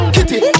Kitty